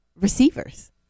receivers